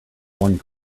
one